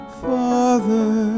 Father